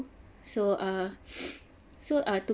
so err so err